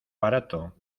barato